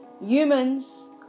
humans